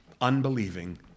Unbelieving